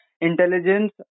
intelligence